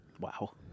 Wow